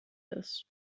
this